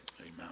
Amen